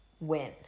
win